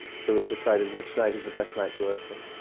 so we've decided which night is the best night to open.